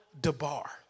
Debar